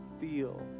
feel